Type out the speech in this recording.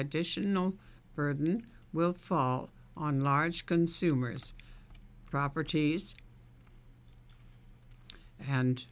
additional burden will fall on large consumers properties and